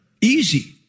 easy